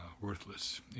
worthless